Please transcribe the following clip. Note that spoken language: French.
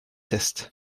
test